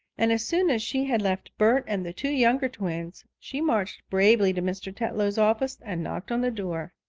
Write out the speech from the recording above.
and as soon as she had left bert and the two younger twins, she marched bravely to mr. tetlow's office and knocked on the door.